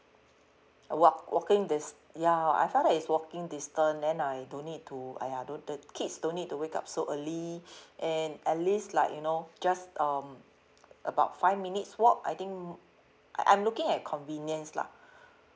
walk walking dis~ ya I felt that is walking distance then I do need to !aiya! the the kids don't need to wake up so early and at least like you know just um about five minutes walk I think I'm looking at convenience lah